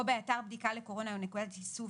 או באתר בדיקה לקורונה או נקודת איסוף